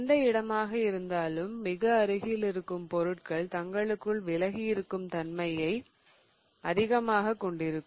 எந்த இடமாக இருந்தாலும் மிக அருகில் இருக்கும் பொருட்கள் தங்களுக்குள் விலக்கும் தன்மையை அதிகமாகக் கொண்டிருக்கும்